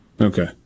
Okay